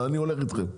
אבל אני הולך איתכם.